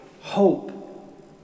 hope